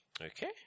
Okay